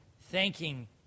thanking